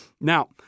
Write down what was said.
Now